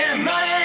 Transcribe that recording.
Money